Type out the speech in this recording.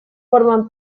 forman